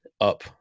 up